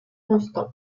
constant